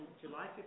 July